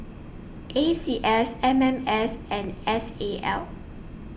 A C S M M S and S A L